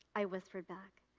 i whispered back,